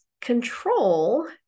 control